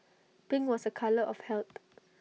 pink was A colour of health